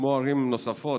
כמו ערים נוספות,